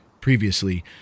previously